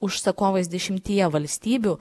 užsakovais dešimtyje valstybių